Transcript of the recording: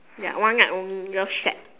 ya one night only love shack